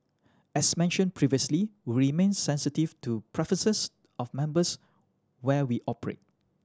as mentioned previously remain sensitive to preferences of members where we operate